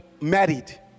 married